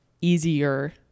easier